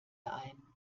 ein